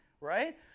right